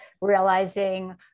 realizing